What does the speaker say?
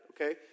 okay